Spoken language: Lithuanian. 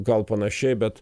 gal panašiai bet